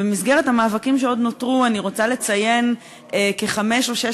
במסגרת המאבקים שעוד נותרו אני רוצה לציין שהוגשו חמש או שש